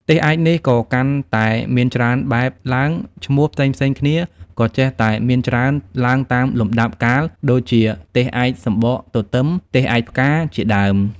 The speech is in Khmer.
ទេសឯកនេះ ក៏កាន់តែមានច្រើនបែបឡើង ឈ្មោះផ្សេងៗគ្នាក៏ចេះតែមានច្រើនឡើងតាមលំដាប់កាល ដូចជា ទេសឯកសំបកទទិម, ទេសឯកផ្កា ជាដើម។